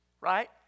right